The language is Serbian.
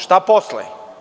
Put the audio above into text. Šta posle?